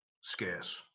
scarce